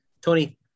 Tony